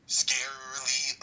scarily